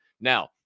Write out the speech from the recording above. Now